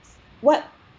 what